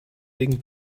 wegen